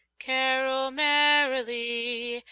carol merrily!